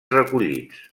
recollits